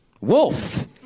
Wolf